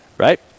Right